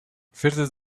verder